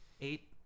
Eight